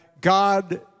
God